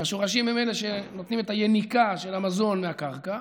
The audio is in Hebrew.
והשורשים הם שנותנים את היניקה של המזון מהקרקע,